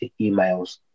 emails